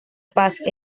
paz